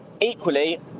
Equally